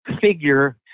figure